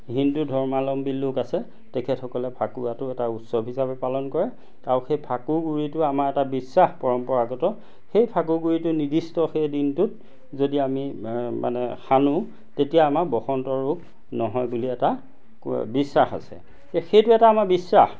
হিন্দু ধৰ্মালম্বী লোক আছে তেখেতসকলে ফাকুৱাটো এটা উৎসৱ হিচাপে পালন কৰে আৰু সেই ফাকু গুড়িটো আমাৰ এটা বিশ্বাস পৰম্পৰাগত সেই ফাকু গুড়িটো নিৰ্দিষ্ট সেই দিনটোত যদি আমি মানে সানো তেতিয়া আমাৰ বসন্ত ৰোগ নহয় বুলি এটা বিশ্বাস আছে সেইটো এটা আমাৰ বিশ্বাস